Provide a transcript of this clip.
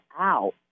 out